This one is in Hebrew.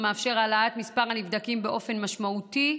המאפשר העלאת מספר הנבדקים באופן משמעותי,